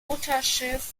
mutterschiff